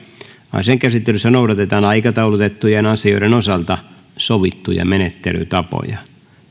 asian käsittelyssä noudatetaan aikataulutettujen asioiden osalta sovittuja menettelytapoja